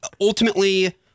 ultimately